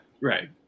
Right